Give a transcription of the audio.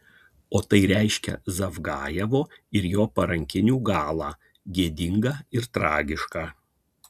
o tai reiškia zavgajevo ir jo parankinių galą gėdingą ir tragišką